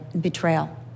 Betrayal